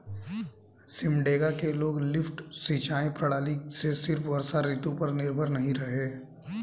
सिमडेगा के लोग लिफ्ट सिंचाई प्रणाली से सिर्फ वर्षा ऋतु पर निर्भर नहीं रहे